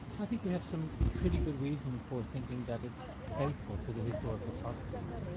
i think we have some pretty good reason for thinking that it's faithful to the historical socrates.